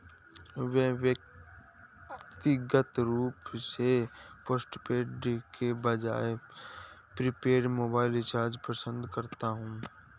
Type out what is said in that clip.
मैं व्यक्तिगत रूप से पोस्टपेड के बजाय प्रीपेड मोबाइल रिचार्ज पसंद करता हूं